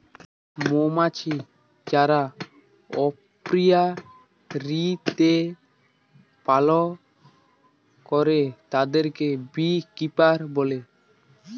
মমাছি যারা অপিয়ারীতে পালল করে তাদেরকে বী কিপার বলে